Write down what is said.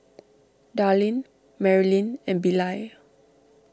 Darlyne Marylyn and Bilal